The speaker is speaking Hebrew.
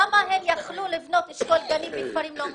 למה הם יכלו לבנות אשכול גנים בכפרים לא מוכרים?